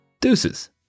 Deuces